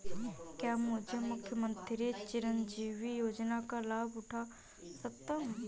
क्या मैं मुख्यमंत्री चिरंजीवी योजना का लाभ उठा सकता हूं?